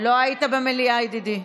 לא היית במליאה, ידידי.